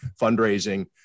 fundraising